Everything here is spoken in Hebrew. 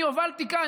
אני הובלתי כאן,